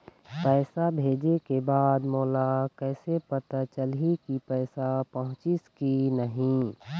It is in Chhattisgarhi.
पैसा भेजे के बाद मोला कैसे पता चलही की पैसा पहुंचिस कि नहीं?